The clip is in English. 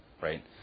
right